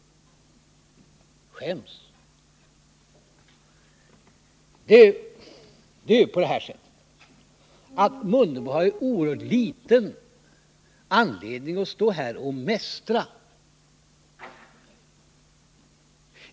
Skäms! Ingemar Mundebo har ju oerhört liten anledning att stå här och mästra oss.